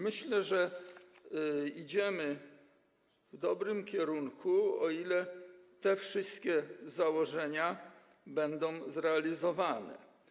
Myślę, że idziemy w dobrym kierunku, o ile te wszystkie założenia będą realizowane.